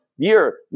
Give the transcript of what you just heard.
Year